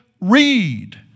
read